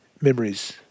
memories